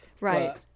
Right